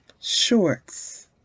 shorts